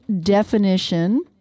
definition